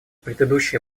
предыдущее